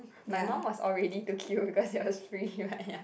my mum was all ready to queue because it was free [right] ya